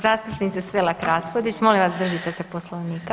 Zastupnice Selak Raspudić, molim vas, držite se Poslovnika.